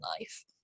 life